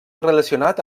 relacionat